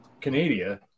Canada